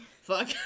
Fuck